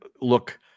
look